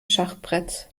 schachbretts